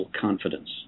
Confidence